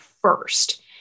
first